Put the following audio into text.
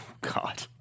god